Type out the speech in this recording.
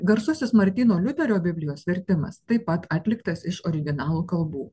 garsusis martyno liuterio biblijos vertimas taip pat atliktas iš originalo kalbų